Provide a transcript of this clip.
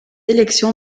élection